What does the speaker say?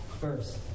first